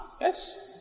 Yes